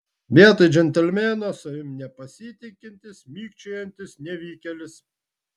vietoj džentelmeno savimi nepasitikintis mikčiojantis nevykėlis